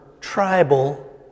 tribal